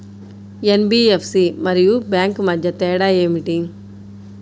NBFC మరియు bank మధ్య తేడా ఏమిటి?